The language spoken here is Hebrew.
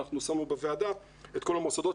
שמנו בוועדה את רשימת כל המוסדות,